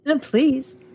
Please